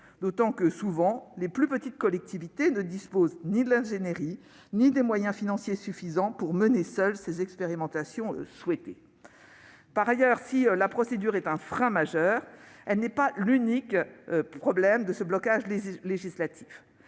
d'autant que les plus petites collectivités ne disposent souvent ni de l'ingénierie ni des moyens financiers suffisants pour mener seules ces expérimentations souhaitées. Par ailleurs, si la procédure est un frein majeur, elle n'est pas l'unique problème de ce blocage législatif